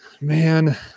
man